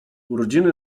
urodziny